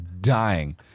dying